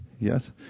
yes